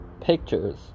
pictures